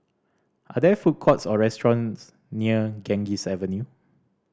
are there food courts or restaurants near Ganges Avenue